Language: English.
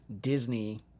Disney